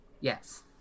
Yes